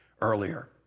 earlier